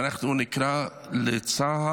ואנחנו נקרא לצה"ל,